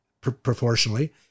proportionally